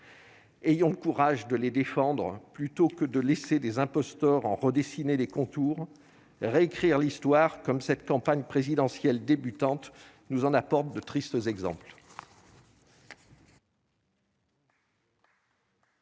Ayons le courage de les défendre plutôt que de laisser des imposteurs en redessiner les contours réécrire l'histoire, comme cette campagne présidentielle débutante nous en apporte de tristes exemples.